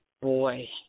boy